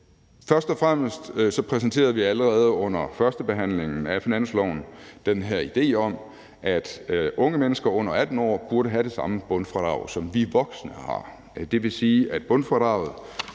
Først og fremmest præsenterede vi allerede under førstebehandlingen af finanslovsforslaget den her idé om, at unge mennesker under 18 år burde have det samme bundfradrag, som vi voksne har.